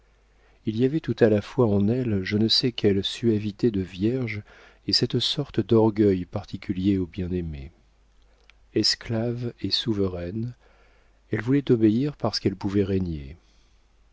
il y avait tout à la fois en elle je ne sais quelle suavité de vierge et cette sorte d'orgueil particulier aux bien-aimées esclave et souveraine elle voulait obéir parce qu'elle pouvait régner